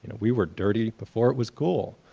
we were dirty before it was cool.